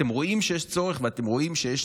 אתם רואים שיש צורך, ואתם רואים שיש